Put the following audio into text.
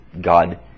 God